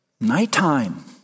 Nighttime